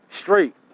straight